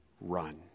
run